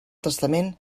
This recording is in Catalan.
testament